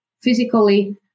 physically